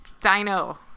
Dino